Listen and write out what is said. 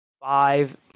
five